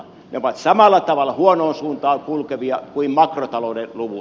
ne ovat samalla tavalla huonoon suuntaan kulkevia kuin makrotalouden luvut